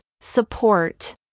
support